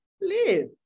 live